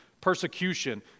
persecution